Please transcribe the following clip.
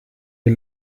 wir